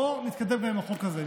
בוא נתקדם גם עם החוק הזה.